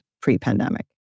pre-pandemic